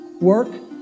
work